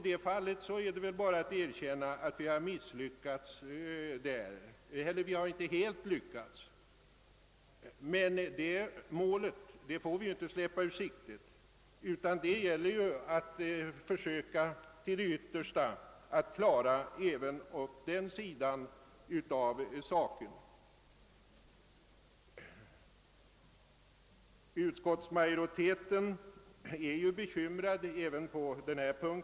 I det fallet är det väl bara att erkänna att vi ännu inte helt lyckats med den uppgiften. Men det målet får vi inte släppa ur sikte. Utskottsmajoriteten är ju även bekymrad härvidlag.